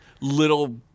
little